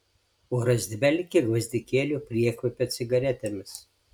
oras dvelkė gvazdikėlių priekvapio cigaretėmis